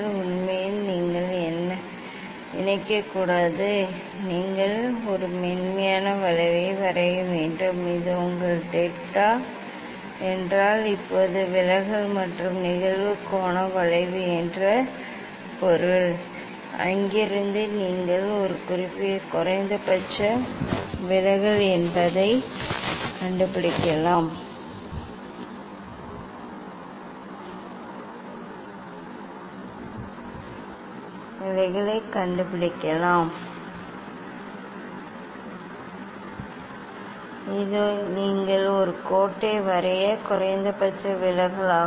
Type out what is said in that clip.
உண்மையில் நீங்கள் இணைக்கக்கூடாது நீங்கள் ஒரு மென்மையான வளைவை வரைய வேண்டும் இது உங்கள் டெல்டா என்றால் இப்போது விலகல் மற்றும் நிகழ்வு கோண வளைவு என்று பொருள் அங்கிருந்து நீங்கள் இது குறைந்தபட்ச விலகல் என்பதைக் கண்டுபிடிக்கலாம் இது நீங்கள் ஒரு கோட்டை வரைய குறைந்தபட்ச விலகல் ஆகும்